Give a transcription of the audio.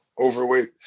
Overweight